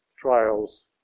trials